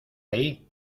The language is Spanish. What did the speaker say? ahí